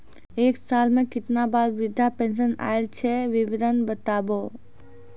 एक साल मे केतना बार वृद्धा पेंशन आयल छै विवरन बताबू?